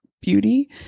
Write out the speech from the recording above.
beauty